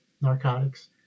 narcotics